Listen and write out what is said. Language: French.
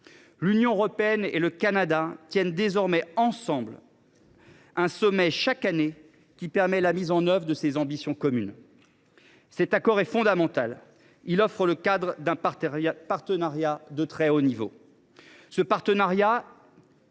l’Union européenne et le Canada tiennent ensemble un sommet annuel qui permet la mise en œuvre de ces ambitions communes. Cet accord est fondamental, en ce qu’il offre le cadre d’un partenariat de très haut niveau.